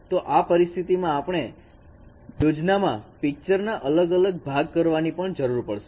તો આ પરિસ્થિતિમાં આપણે યોજનામાં પિક્ચર ના અલગ અલગ ભાગ કરવાની પણ જરૂર પડશે